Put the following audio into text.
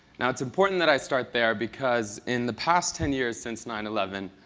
now, it's important that i start there, because in the past ten years since nine eleven,